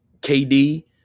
KD